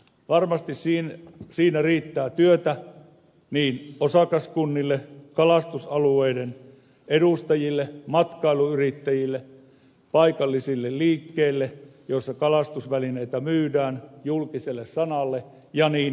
varmasti siinä riittää työtä osakaskunnille kalastusalueiden edustajille matkailuyrittäjille paikallisille liikkeille joissa kalastusvälineitä myydään julkiselle sanalle ja niin edelleen